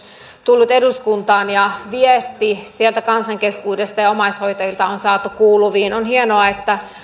tullut eduskuntaan ja viesti sieltä kansan keskuudesta ja omaishoitajilta on saatu kuuluviin on hienoa että